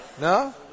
No